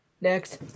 Next